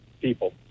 people